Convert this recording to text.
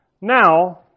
Now